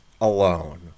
alone